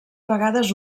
vegades